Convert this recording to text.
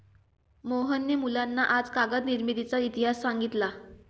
मोहनने मुलांना आज कागद निर्मितीचा इतिहास सांगितला